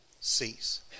cease